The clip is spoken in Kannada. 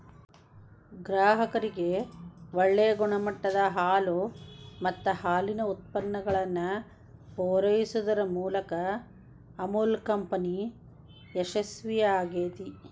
ಗ್ರಾಹಕರಿಗೆ ಒಳ್ಳೆ ಗುಣಮಟ್ಟದ ಹಾಲು ಮತ್ತ ಹಾಲಿನ ಉತ್ಪನ್ನಗಳನ್ನ ಪೂರೈಸುದರ ಮೂಲಕ ಅಮುಲ್ ಕಂಪನಿ ಯಶಸ್ವೇ ಆಗೇತಿ